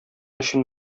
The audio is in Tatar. өчен